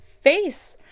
face